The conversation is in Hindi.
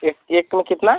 एक एक में कितना